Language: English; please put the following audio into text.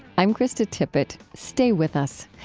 i'm krista tippett. stay with us.